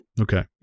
Okay